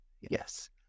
Yes